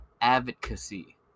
advocacy